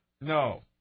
No